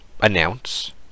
announce